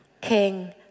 king